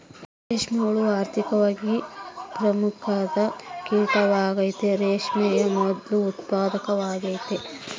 ರೇಷ್ಮೆ ಹುಳ ಆರ್ಥಿಕವಾಗಿ ಪ್ರಮುಖವಾದ ಕೀಟವಾಗೆತೆ, ರೇಷ್ಮೆಯ ಮೊದ್ಲು ಉತ್ಪಾದಕವಾಗೆತೆ